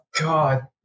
God